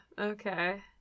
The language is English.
okay